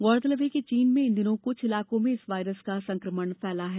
गौररतलब है कि चीन में इन दिनों कुछ इलाको में इस वायरस का संक्रमण फैला है